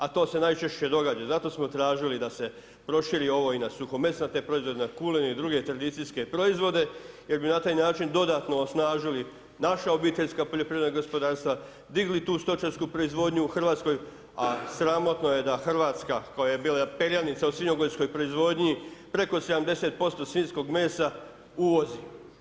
A to se najčešće događa, zato smo tražili da se proširi ovo i na suhomesnate proizvode, na kulen i druge tradicijske proizvode, jer bi na taj način dodatno osnažili naša obiteljska poljoprivredna gospodarstva, digli tu stočarsku proizvodnju u Hrvatskoj, a sramotno je da Hrvatska koja je bila perjanica u svinjogojskoj proizvodnji, preko 70% svinjskog mesa uvozi.